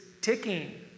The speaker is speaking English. ticking